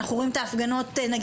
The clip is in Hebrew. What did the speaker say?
אנחנו רואים את ההפגנות באום-אל-פאחם,